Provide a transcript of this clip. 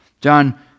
John